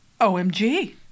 OMG